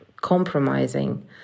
compromising